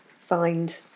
find